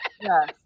Yes